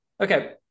okay